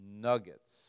nuggets